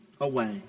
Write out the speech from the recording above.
away